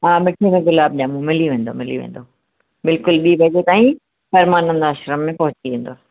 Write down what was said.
हा मिठे में गुलाब ॼमूं मिली वेंदो मिली वेंदो बिल्कुल ॿिईं बजे ताईं परमानंद आश्रम में पहुची वेंदव